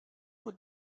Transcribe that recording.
nur